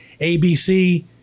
ABC